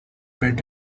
bed